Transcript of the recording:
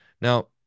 Now